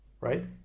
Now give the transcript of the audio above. right